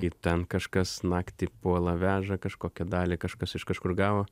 kaip ten kažkas naktį puola veža kažkokią dalį kažkas iš kažkur gavo